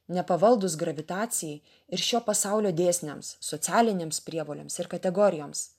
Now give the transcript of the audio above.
nepavaldūs gravitacijai ir šio pasaulio dėsniams socialinėms prievolėms ir kategorijoms